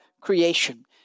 creation